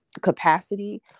capacity